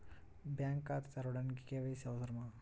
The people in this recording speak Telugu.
బ్యాంక్ ఖాతా తెరవడానికి కే.వై.సి అవసరమా?